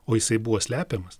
o jisai buvo slepiamas